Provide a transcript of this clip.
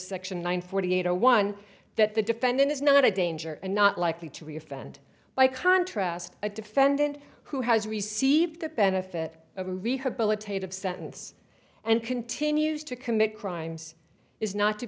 section one forty eight zero one that the defendant is not a danger and not likely to re offend by contrast a defendant who has received the benefit of a rehabilitative sentence and continues to commit crimes is not to